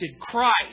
Christ